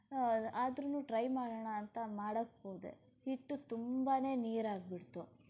ಆದ್ರೂ ಟ್ರೈ ಮಾಡೋಣ ಅಂತ ಮಾಡಕ್ಕೆ ಹೋದೆ ಹಿಟ್ಟು ತುಂಬಾ ನೀರಾಗಿಬಿಡ್ತು